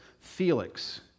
Felix